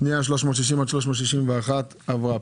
פנייה 360 עד 361 עברה.